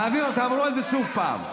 תעברו על זה עוד פעם,